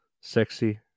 sexy